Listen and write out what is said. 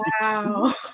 Wow